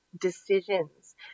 decisions